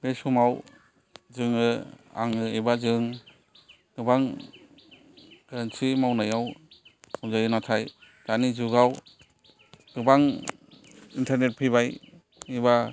बे समाव जोङो आङो एबा जों गोबां गोरोन्थि मावनायाव हमजायो नाथाय दानि जुगाव गोबां इन्टारनेट फैबाय एबा